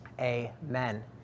Amen